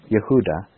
Yehuda